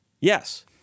yes